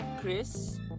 Chris